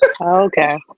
Okay